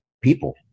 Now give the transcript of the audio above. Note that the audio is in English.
people